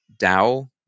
DAO